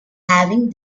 having